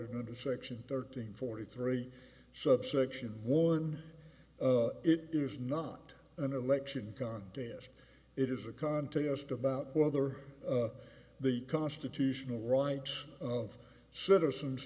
in the section thirteen forty three subsection warn it is not an election contest it is a contest about whether the constitutional rights of citizens